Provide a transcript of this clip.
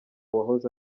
wahoze